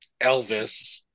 Elvis